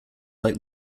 like